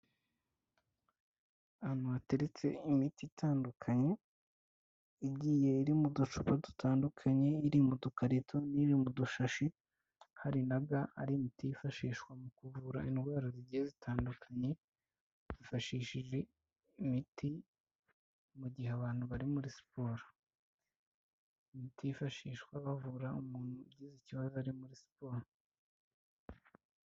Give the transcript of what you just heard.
Ahantu hateretse imiti itandukanye, igiye iri mu ducupa dutandukanye, iri mu dukarito n'iri mu dushashi, hari na ga, hari imiti yifashishwa mu kuvura indwara zigiye zitandukanye, hifashishijwe imiti mu gihe abantu bari muri siporo, imiti yifashishwa bavura umuntu ugize ikibazo ari muri siporo.